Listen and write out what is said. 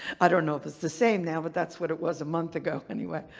i don't know if it's the same now, but that's what it was a month ago anyway.